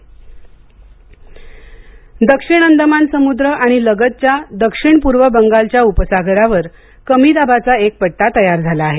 हवामान दक्षिण अंदमान समुद्र आणि लगतच्या दक्षिण पूर्व बंगालच्या उपसागरावर कमी दाबाचा एक पट्टा तयार झाला आहे